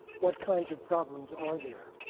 what kinds of problems are there?